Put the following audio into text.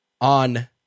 on